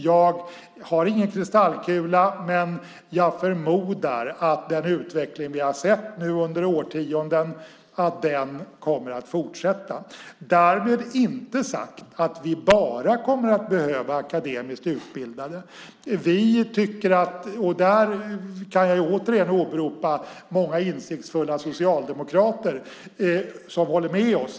Jag har ingen kristallkula, men jag förmodar att den utveckling vi nu har sett under årtionden kommer att fortsätta. Därmed inte sagt att vi bara kommer att behöva akademiskt utbildade. Där kan jag återigen åberopa många insiktsfulla socialdemokrater som håller med oss.